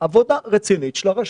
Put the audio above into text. עבודה רצינית של הרשות.